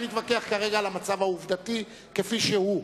אני מתווכח כרגע על המצב העובדתי כפי שהוא,